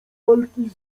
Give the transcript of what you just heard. walki